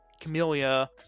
camellia